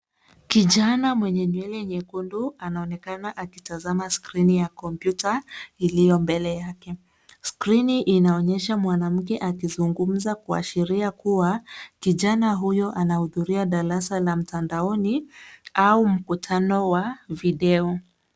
Kijana mwenye nywele nyekundu anaonekana akitazama skrini ya kompyuta iliyo mbele yake. Skrini inaonyesha mwanamke akizungumza, kuashiria kuwa kijana huyo anahudhuria darasa la mtandaoni au mkutano wa video.